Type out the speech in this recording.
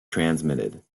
transmitted